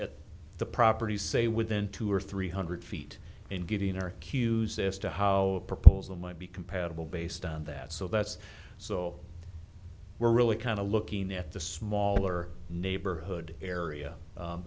at the property say within two or three hundred feet and getting our accused as to how propose be compatible based on that so that's so we're really kind of looking at the smaller neighborhood area